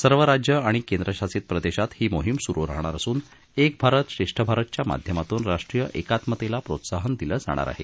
सर्व राज्य आणि केंद्रशासित प्रदेशात ही मोहीम सुरु राहणार असून एक भारत श्रेष्ठ भारत च्या माध्यमातून राष्ट्रीय एकात्मतेला प्रोत्साहन दिलं जाणार आहे